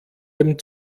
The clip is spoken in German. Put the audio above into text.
dem